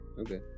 Okay